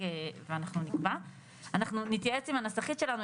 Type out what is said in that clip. אנחנו נתייעץ עם הנסחית שלנו,